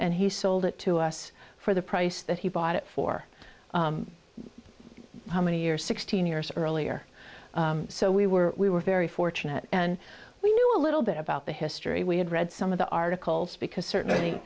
and he sold it to us for the price that he bought it for how many years sixteen years earlier so we were we were very fortunate and we knew a little bit about the history we had read some of the articles because certainly